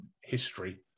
history